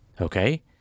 Okay